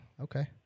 Okay